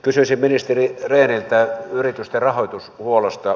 kysyisin ministeri rehniltä yritysten rahoitushuollosta